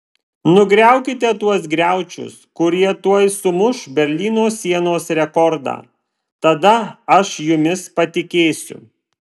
nugriaukite tuos griaučius kurie tuoj sumuš berlyno sienos rekordą tada aš jumis patikėsiu